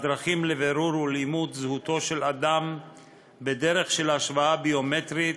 והדרכים לבירור ולאימות זהותו של אדם בדרך של השוואה ביומטרית